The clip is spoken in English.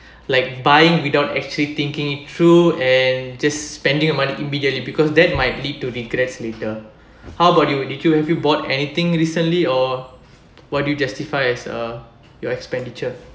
like buying without actually thinking it through and just spending your money immediately because that might lead to regrets later how about you did you have you bought anything recently or what do you justify as a your expenditure